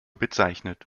bezeichnet